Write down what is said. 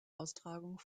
austragung